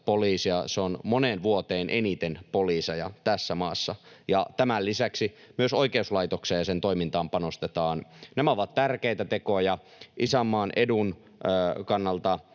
poliisia. Se on moneen vuoteen eniten poliiseja tässä maassa. Tämän lisäksi myös oikeuslaitokseen ja sen toimintaan panostetaan. Nämä ovat tärkeitä tekoja, isänmaan edun kannalta